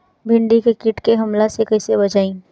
भींडी के कीट के हमला से कइसे बचाई?